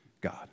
God